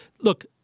look-